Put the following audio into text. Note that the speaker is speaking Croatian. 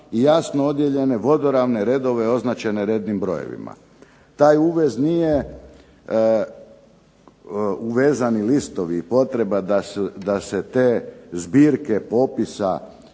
i jasno odijeljene vodoravne redove označene rednim brojevima". Taj uvez nije uvezani listovi i potreba da se te zbirke popisa